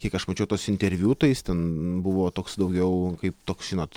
kiek aš mačiau tuos interviu tai jis ten buvo toks daugiau kaip toks žinot